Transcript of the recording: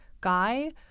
guy